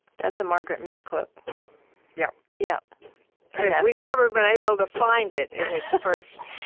that's a margaret mead quote yeah. yeah and we've never been able to find it in its first